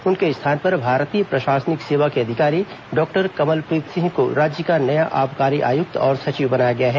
उनके स्थान पर भारतीय प्रशासनिक सेवा के अधिकारी डॉक्टर कमलप्रीत सिंह को राज्य का नया आबकारी आयुक्त और सचिव बनाया गया है